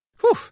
Whew